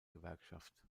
gewerkschaft